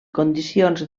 condicions